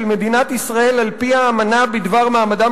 של מדינת ישראל על-פי האמנה בדבר מעמדם